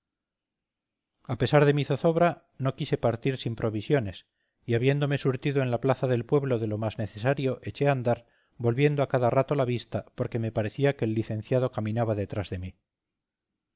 a pesar de mi zozobra no quise partir sin provisiones y habiéndome surtido en la plaza del pueblo de lo más necesario eché a andar volviendo a cada rato la vista porque me parecía que el licenciado caminaba detrás de mí